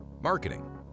marketing